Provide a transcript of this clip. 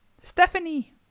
stephanie